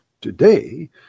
Today